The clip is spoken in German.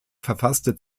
verfasste